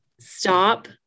stop